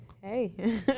Hey